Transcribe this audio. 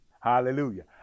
hallelujah